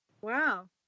wow